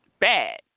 bad